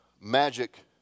magic